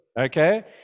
Okay